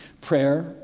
prayer